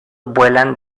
vuelan